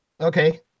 okay